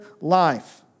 life